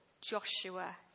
Joshua